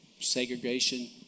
segregation